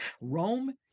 rome